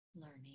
learning